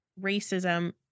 racism